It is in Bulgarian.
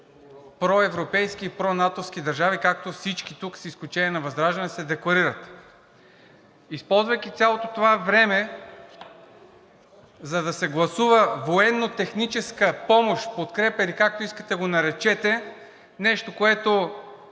проевропейски и пронатовски държави, както всички тук, с изключение на ВЪЗРАЖДАНЕ, се декларират. Използвайки цялото това време, за да се гласува военнотехническа помощ, подкрепа – или както искате го наречете, нещо, което